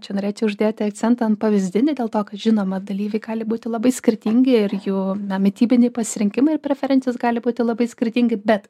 čia norėčiau uždėti akcentą pavyzdinį dėl to kad žinoma dalyviai gali būti labai skirtingi ir jų na mitybiniai pasirinkimai ir preferencijos gali būti labai skirtingi bet